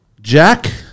Jack